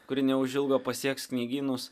kuri neužilgo pasieks knygynus